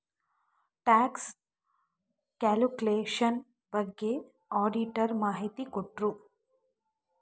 tax calculation ಬಗ್ಗೆ auditor ಮಾಹಿತಿ ಕೊಟ್ರು